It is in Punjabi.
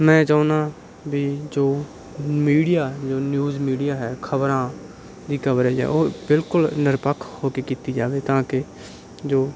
ਮੈਂ ਚਾਹੁੰਦਾ ਵੀ ਜੋ ਮੀਡੀਆ ਜੋ ਨਿਊਜ਼ ਮੀਡੀਆ ਹੈ ਖ਼ਬਰਾਂ ਦੀ ਕਵਰੇਜ ਹੈ ਉਹ ਬਿਲਕੁਲ ਨਿਰਪੱਖ ਹੋ ਕੇ ਕੀਤੀ ਜਾਵੇ ਤਾਂ ਕਿ ਜੋ